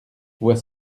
voix